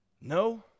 No